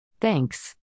Thanks